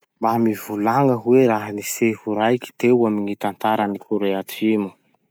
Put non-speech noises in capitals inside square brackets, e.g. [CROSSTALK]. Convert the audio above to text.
Mba mivolagna hoe raha-niseho raiky teo amy gny [NOISE] tantaran'i Kore Atsimo?